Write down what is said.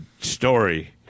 story